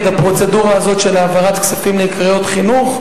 הפרוצדורה הזאת של העברת כספים לקריות חינוך.